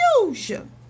confusion